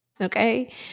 okay